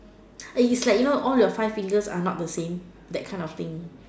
eh it's like you know all your five fingers are not the same that kind of thing